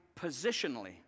positionally